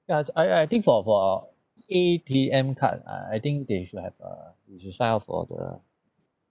ya I I think for for A_T_M card I I think they should have err they should sign up for the